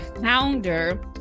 founder